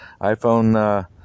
iPhone